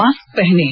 mask पहनें